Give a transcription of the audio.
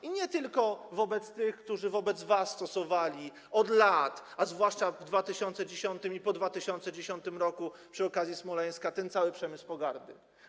I nie tylko wobec tych, którzy wobec was stosowali od lat, a zwłaszcza w 2010 r. i po 2010 r. przy okazji Smoleńska, ten cały przemysł pogardy.